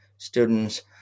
students